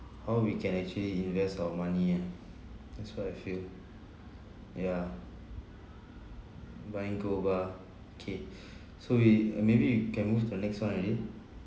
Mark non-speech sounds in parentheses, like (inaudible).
how we can actually invest our money and that's what I feel yeah buying gold bar okay (breath) so we uh maybe we can move to the next one already